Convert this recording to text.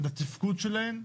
לתפקוד שלהן,